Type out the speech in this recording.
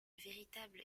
véritable